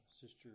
Sister